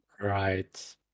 Right